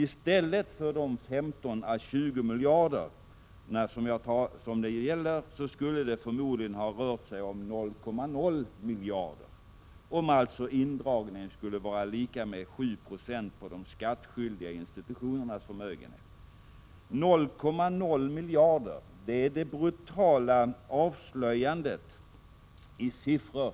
I stället för 15 å 20 miljarder skulle det förmodligen röra sig om 0,0 miljarder — om alltså indragningen skulle vara lika med 7 96 på de skattskyldiga institutionernas förmögehet. 0,0 miljarder; det är det brutala avslöjandet i siffror